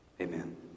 Amen